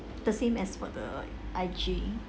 the same as for the I_G